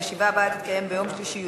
הישיבה הבאה תתקיים ביום שלישי,